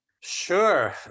Sure